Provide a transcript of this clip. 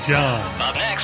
John